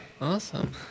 Awesome